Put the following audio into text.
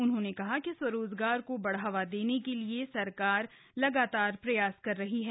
उन्होंने कहा कि स्वरोजगार को बढ़ावा देने के लिए राज्य सरकार लगातार प्रयास कर रही है